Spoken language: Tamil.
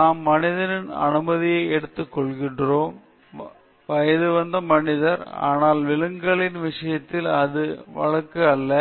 நாம் மனிதனின் அனுமதியை எடுத்துக்கொள்கிறோம் வயது வந்த மனிதர் ஆனால் விலங்குகளின் விஷயத்தில் இது வழக்கு அல்ல